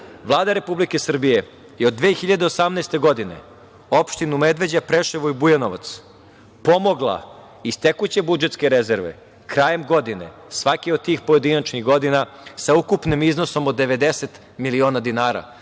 Vlada Republike Srbije je od 2018. godine opštine Medveđa, Preševo i Bujanovac pomogla iz tekuće budžetske rezerve krajem godine svake od tih pojedinačnih godina sa ukupnim iznosom od 90 miliona dinara.